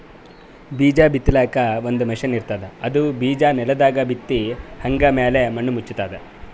ಬೀಜಾ ಬಿತ್ತಲಾಕ್ ಒಂದ್ ಮಷಿನ್ ಇರ್ತದ್ ಅದು ಬಿಜಾ ನೆಲದಾಗ್ ಬಿತ್ತಿ ಹಂಗೆ ಮ್ಯಾಲ್ ಮಣ್ಣ್ ಮುಚ್ತದ್